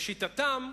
לשיטתם,